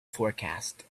forecast